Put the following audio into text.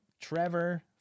Trevor